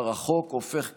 הרחוק הופך קרוב,